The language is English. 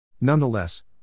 Nonetheless